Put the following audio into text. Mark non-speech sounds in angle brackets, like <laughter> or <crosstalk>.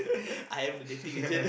<laughs> I am the dating agent